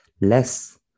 less